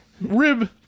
rib